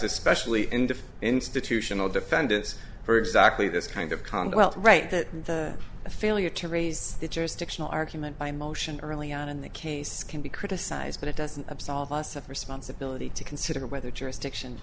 especially in the institutional defendants for exactly this kind of condo well right that a failure to raise the jurisdictional argument by motion early on in the case can be criticized but it doesn't absolve us of responsibility to consider whether jurisdiction